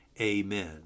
amen